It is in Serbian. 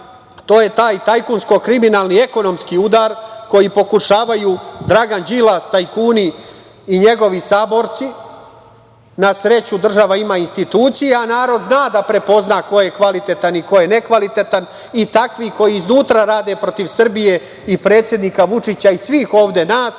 to je taj tajkunsko-kriminalni ekonomski udar, koji pokušavaju Dragan Đilas, tajkuni i njegovi saborci. Na sreću, država ima institucije, a narod zna da prepozna ko je kvalitetan i ko je nekvalitetan i takvi koji iznutra rade protiv Srbije i predsednika Vučića i svih ovde nas,